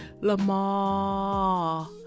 Lamar